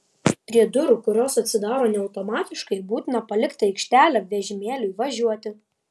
prie durų kurios atsidaro ne automatiškai būtina palikti aikštelę vežimėliui važiuoti